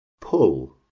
pull